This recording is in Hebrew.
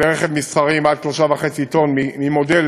כלי רכב מסחריים עד 3.5 טון ממודל